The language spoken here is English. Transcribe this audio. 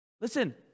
Listen